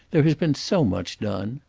there has been so much done.